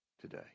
today